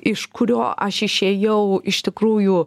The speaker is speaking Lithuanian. iš kurio aš išėjau iš tikrųjų